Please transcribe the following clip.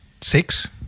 Six